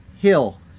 hill